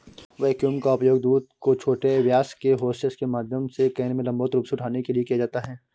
vacuum का उपयोग दूध को छोटे व्यास के होसेस के माध्यम से कैन में लंबवत रूप से उठाने के लिए किया जाता है